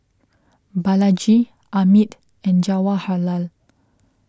Balaji Amit and Jawaharlal